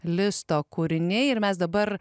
listo kūriniai ir mes dabar